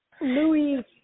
Louis